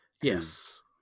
Yes